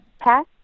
pass